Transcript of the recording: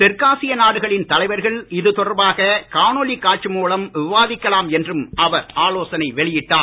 தெற்காசிய நாடுகளின் தலைவர்கள் இதுதொடர்பாக காணொலி காட்சி மூலம் விவாதிக்கலாம் என்றும் அவர் ஆலோசனை வெளியிட்டார்